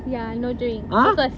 ya no drink focus